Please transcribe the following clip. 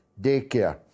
daycare